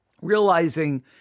realizing